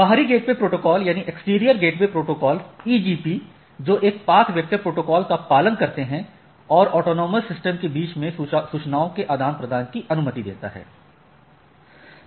बाहरी gateway protocol जो एक पाथ वेक्टर प्रोटोकॉल का पालन करते हैं और ऑटॉनमस सिस्टमों के बीच में सूचनाओं के आदान प्रदान की अनुमति देता है